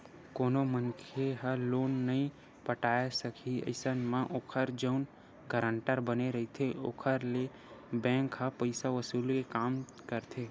कोनो मनखे ह लोन नइ पटाय सकही अइसन म ओखर जउन गारंटर बने रहिथे ओखर ले बेंक ह पइसा वसूली के काम ल करथे